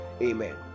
Amen